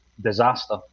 disaster